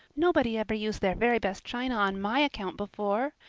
nobody ever used their very best china on my account before.